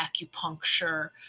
acupuncture